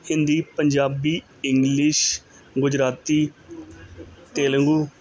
Hindi Punjabi English Gujarati Telugu